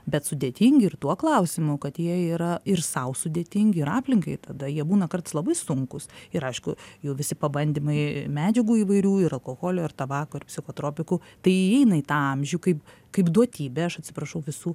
bet sudėtingi ir tuo klausimu kad jie yra ir sau sudėtingi ir aplinkai ir tada jie būna kartais labai sunkūs ir aišku jau visi pabandymai medžiagų įvairių ir alkoholio ir tabako ir psichotropikų tai įeina į tą amžių kaip kaip duotybę aš atsiprašau visų